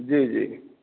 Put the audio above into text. जी जी